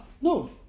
no